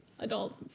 adult